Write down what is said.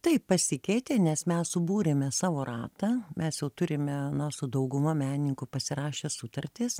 taip pasikeitė nes mes subūrėme savo ratą mes jau turime na su dauguma menininkų pasirašę sutartis